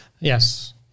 Yes